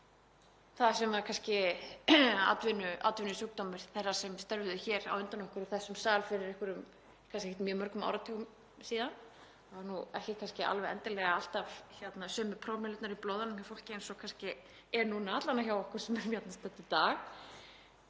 það sem var kannski atvinnusjúkdómur þeirra sem störfuðu hér á undan okkur í þessum sal fyrir einhverjum kannski ekki mjög mörgum áratugum síðan, það voru nú ekki kannski alveg endilega alltaf sömu prómillin í blóðinu hjá fólki eins og kannski er núna, alla vega hjá okkur sem erum hérna stödd í dag,